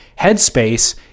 headspace